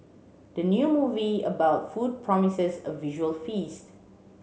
the new movie about food promises a visual feast